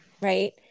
right